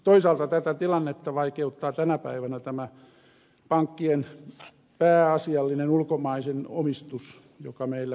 toisaalta tätä tilannetta vaikeuttaa tänä päivänä tämä pankkien pääasiallinen ulkomainen omistus joka meillä on